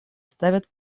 ставят